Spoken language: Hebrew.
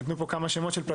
דיברת על הפער